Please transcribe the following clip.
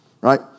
right